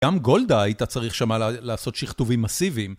גם גולדה הייתה צריך שמה לעשות שכתובים מסיביים.